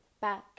back